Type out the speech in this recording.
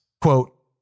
Quote